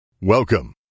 Welcome